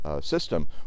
system